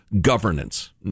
governance